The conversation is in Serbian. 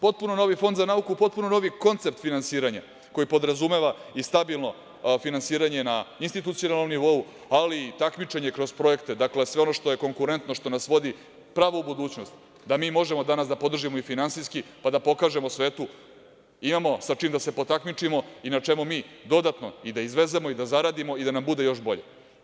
Potpuno novi fond za nauku, potpuno novi koncept finansiranja koji podrazumeva i stabilno finansiranje na institucionalnom nivou, ali i takmičenje kroz projekte, dakle, sve ono što je konkurentno, što nas vodi pravo u budućnost, da mi možemo danas da podržimo i finansijski, pa da pokažemo svetu imamo sa čim da se potakmičimo i na čemu mi dodatno i da izvezemo i da zaradimo i da nam bude još bolje.